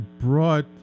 brought